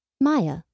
Maya